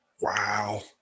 Wow